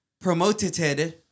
promoted